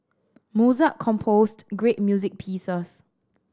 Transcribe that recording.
Mozart composed great music pieces